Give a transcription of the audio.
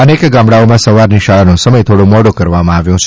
અનેક ગામડાઓમાં સવારની શાળાનો સમય થોડો મોડો કરવામાં આવ્યો છે